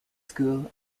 school